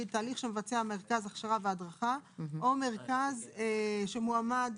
"תהליך שמבצע מרכז הכשרה והדרכה או מרכז שמועמד